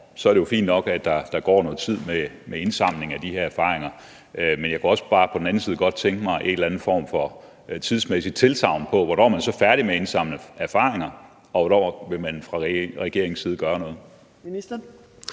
Så er det jo fint nok, at der går noget tid med indsamling af erfaringer, men jeg kunne også bare på den anden side godt tænke mig en eller anden form for tidsmæssigt tilsagn om, hvornår man så er færdig med at indsamle erfaringer, og hvornår man fra regeringens side vil gøre noget.